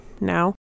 now